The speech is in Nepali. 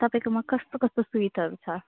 तपाईँकोमा कस्तो कस्तो स्विटहरू छ